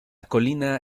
colina